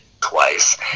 twice